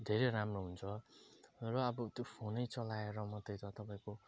धेरै राम्रो हुन्छ र अब त्यो फोनै चलाएर मात्रै त तपाईँको